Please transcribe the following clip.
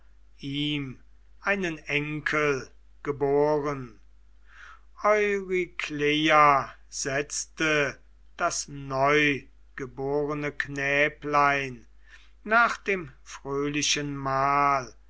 ihm einen enkel geboren eurykleia setzte das neugeborene knäblein nach dem fröhlichen mahl